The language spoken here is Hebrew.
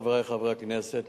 חברי חברי הכנסת,